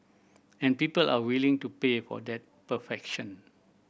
and people are willing to pay for that perfection